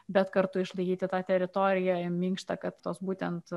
bet kartu išlaikyti tą teritoriją minkštą kad tos būtent